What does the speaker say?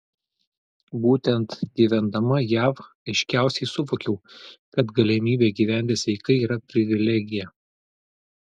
būtent gyvendama jav aiškiausiai suvokiau kad galimybė gyventi sveikai yra privilegija